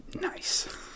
Nice